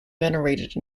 venerated